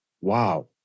Wow